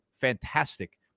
fantastic